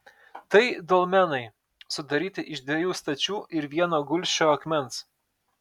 tai dolmenai sudaryti iš dviejų stačių ir vieno gulsčio akmens